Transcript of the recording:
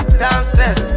downstairs